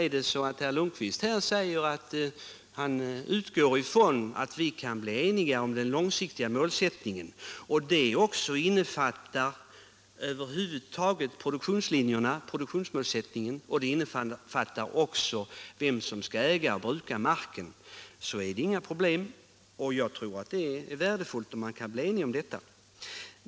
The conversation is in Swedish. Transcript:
Är det så att herr Lundkvist säger att han utgår från att vi kan bli eniga om den långsiktiga målsättningen — innefattande produktionslinjerna och produktionsmålsättningen och även vem som skall äga och bruka marken -— så är det inga problem! Och jag tror att det är värdefullt om man kan bli eniga om detta.